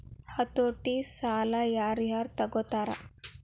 ಹತೋಟಿ ಸಾಲಾ ಯಾರ್ ಯಾರ್ ತಗೊತಾರ?